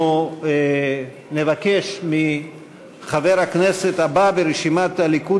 אנחנו נבקש מחבר הכנסת הבא ברשימת הליכוד,